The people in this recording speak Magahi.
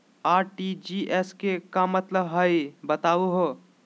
आर.टी.जी.एस के का मतलब हई, बताहु हो?